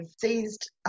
seized